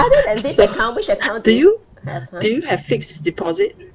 other than this account which account do you have ah